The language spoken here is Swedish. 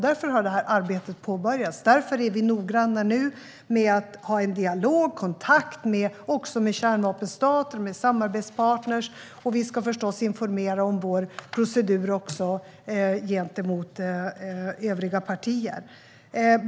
Därför har arbetet påbörjats. Vi är därför nu noggranna med att ha en dialog och kontakt med kärnvapenstater och samarbetspartner. Vi ska förstås också informera om vår procedur gentemot övriga partier.